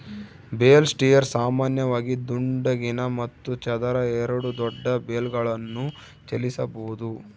bale spears ಸಾಮಾನ್ಯವಾಗಿ ದುಂಡಗಿನ ಮತ್ತು ಚದರ ಎರಡೂ ದೊಡ್ಡ ಬೇಲ್ಗಳನ್ನು ಚಲಿಸಬೋದು